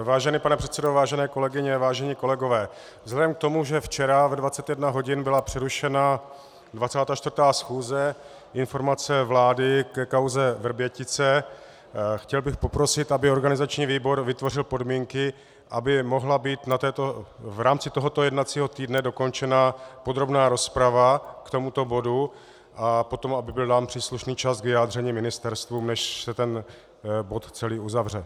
Vážený pane předsedo, vážené kolegyně, vážení kolegové, vzhledem k tomu, že včera v 21 hodin byla přerušena 24. schůze, informace vlády ke kauze Vrbětice, chtěl bych poprosit, aby organizační výbor vytvořil podmínky, aby mohla být v rámci tohoto jednacího týdne dokončena podrobná rozprava k tomuto bodu a potom aby byl dán příslušný čas k vyjádření ministerstvům, než se celý bod uzavře.